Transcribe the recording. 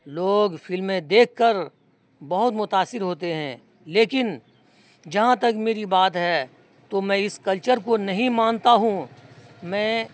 لوگ فلمیں دیکھ کر بہت متاثر ہوتے ہیں لیکن جہاں تک میری بات ہے تو میں اس کلچر کو نہیں مانتا ہوں میں